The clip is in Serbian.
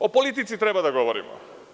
O politici treba da govorimo.